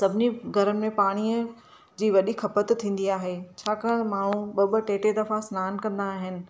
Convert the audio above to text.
सभिनी घरनि में पाणीअ जी वॾी खपति थींदी आहे छाकाणि माण्हू ॿ ॿ टे टे दफ़ा सनानु कंदा आहिनि